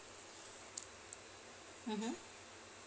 mmhmm